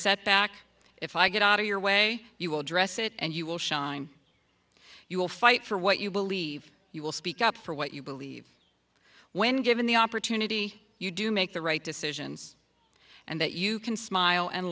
setback if i get out of your way you will address it and you will shine you will fight for what you believe you will speak up for what you believe when given the opportunity you do make the right decisions and that you can smile and